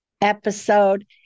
episode